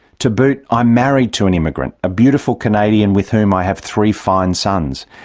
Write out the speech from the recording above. to boot, i am married to an immigrant, a beautiful canadian with whom i have three fine sons.